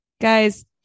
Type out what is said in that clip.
Guys